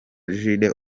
jude